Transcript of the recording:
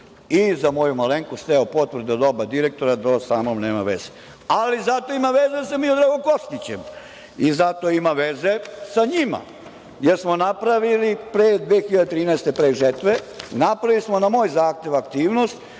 za moju malenkost. Evo, potvrda od oba direktora da sa mnom nema veza, ali zato ima veze sa Miloradom Kostićem i zato ima veze sa njima, jer smo napravili pre 2013. godine, pre žetve, napravili smo na moj zahtev aktivnost